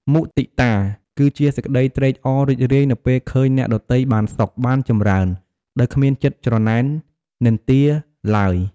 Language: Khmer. មុទិតា គឺជាសេចក្តីត្រេកអររីករាយនៅពេលឃើញអ្នកដទៃបានសុខ បានចម្រើន ដោយគ្មានចិត្តច្រណែននិន្ទាឡើយ។